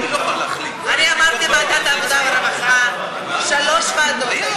אני אמרתי ועדת העבודה והרווחה, שלוש ועדות.